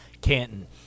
Canton